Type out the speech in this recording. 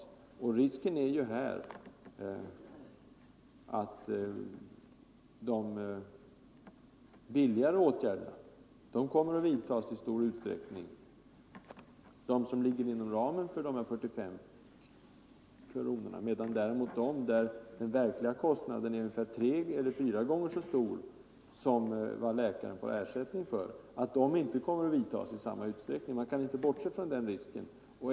Risken inom preventivmedelsrådgivningen är att de billigare åtgärderna kommer att utföras, dvs. de som ligger inom ramen för dessa 45 kronor, medan de åtgärder, för vilka den verkliga kostnaden är tre å fyra gånger så stor som vad läkaren får i ersättning, inte kommer att vidtas i samma utsträckning. Man kan inte bortse från den risken.